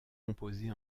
composées